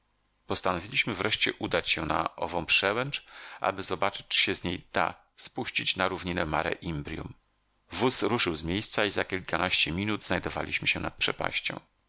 postanowiliśmy wreszcie udać się na ową przełęcz aby zobaczyć czy się z niej nie da spuścić na równinę mare imbrium wóz ruszył z miejsca i za kilkanaście minut znajdowaliśmy się nad przepaścią